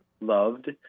loved